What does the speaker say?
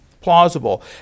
plausible